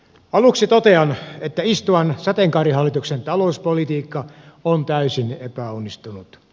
aluksi totean että istuvan sateenkaarihallituksen talouspolitiikka on täysin epäonnistunut